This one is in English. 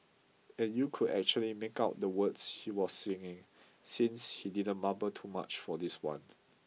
and you could actually make out the words she was singing since she didn't mumble too much for this one